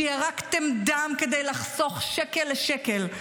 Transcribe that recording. שירקתם דם כדי לחסוך שקל לשקל,